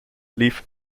leif